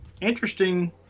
Interesting